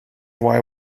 why